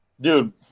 Dude